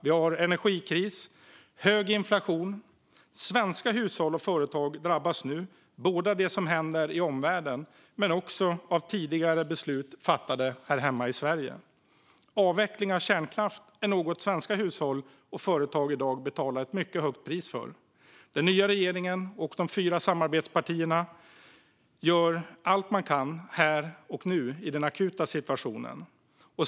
Vi har energikris och hög inflation. Svenska hushåll och företag drabbas nu, både av det som händer i omvärlden och av tidigare beslut fattade här hemma i Sverige. Avvecklingen av kärnkraft är något svenska hushåll och företag i dag betalar ett mycket högt pris för. Den nya regeringen och de fyra samarbetspartierna gör allt de kan här och nu i den akuta situationen.